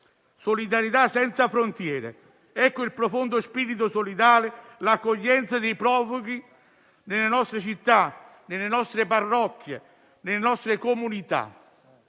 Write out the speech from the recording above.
Solidarietà senza frontiere: ecco il profondo spirito solidale, l'accoglienza dei profughi nelle nostre città, nelle nostre parrocchie, nelle nostre comunità.